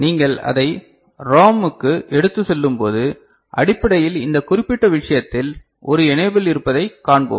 நீங்கள் அதை ROM க்கு எடுத்துச் செல்லும்போது அடிப்படையில் இந்த குறிப்பிட்ட விஷயத்தில் ஒரு எனேபில் இருப்பதைக் காண்போம்